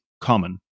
common